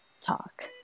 talk